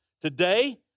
Today